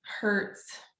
hurts